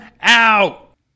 out